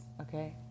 okay